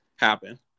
happen